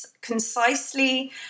concisely